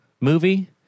movie